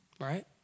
right